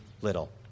little